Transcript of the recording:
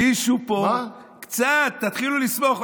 מישהו פה, קצת תתחילו לסמוך.